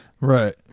right